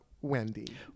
Wendy